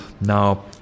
now